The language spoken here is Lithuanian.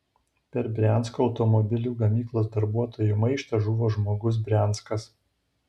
per briansko automobilių gamyklos darbuotojų maištą žuvo žmogus brianskas